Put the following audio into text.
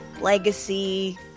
legacy